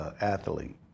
athlete